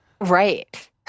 Right